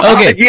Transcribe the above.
Okay